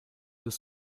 deux